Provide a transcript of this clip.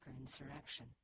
insurrection